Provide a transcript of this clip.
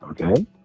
Okay